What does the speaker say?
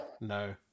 No